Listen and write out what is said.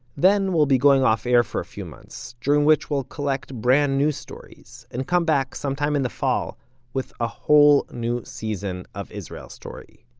then we'll be going off air for a few months, during which we'll collect brand new stories, and come back sometime in the fall with a whole new season of israel story.